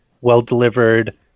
well-delivered